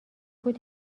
بود